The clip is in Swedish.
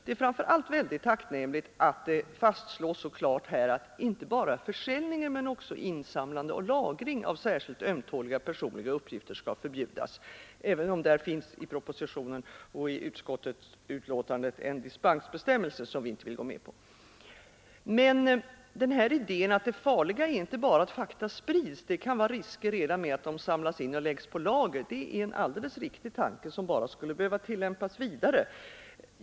Det är framför allt väldigt tacknämligt att det fastslås så klart att inte bara försäljning utan också insamlande och lagring av särskilt ömtåliga personliga uppgifter skall förbjudas — även om det i propositionen och betänkandet föreslås en dispensbestämmelse som vi inte vill gå med på. Men den här idén — att det farliga inte bara är att fakta sprids, det kan vara risker redan med att de samlas in och läggs på lager — det är en alldeles riktig tanke, som bara skulle behöva tillämpas vidare.